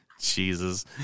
Jesus